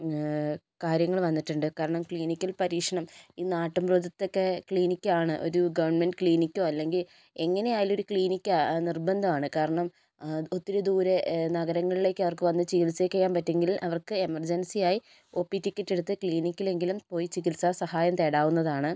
കാര്യങ്ങൾ വന്നിട്ടുണ്ട് കാരണം ക്ലിനിക്കിൽ പരീക്ഷണം ഈ നാട്ടുമ്പുറത്തൊക്കെ ക്ലിനിക് ആണ് ഒരു ഗവൺമെൻറ് ക്ലിനിക്കോ അല്ലെങ്കിൽ എങ്ങനെയായാലും ഒരു ക്ലിനിക്ക് നിർബന്ധമാണ് കാരണം ഒത്തിരി ദൂരെ നഗരങ്ങളിലേക്ക് അവർക്ക് വന്ന് ചികിത്സിക്കാൻ പറ്റില്ലെങ്കിൽ അവർ എമർജൻസി ആയി ഓ പി ടിക്കറ്റ് എടുത്ത് ക്ലിനിക്കിൽ എങ്കിലും പോയി ചികിത്സ സഹായം തേടാവുന്നതാണ്